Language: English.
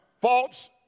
false